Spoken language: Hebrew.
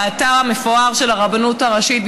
באתר המפואר של הרבנות הראשית,